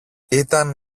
ήταν